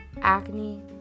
acne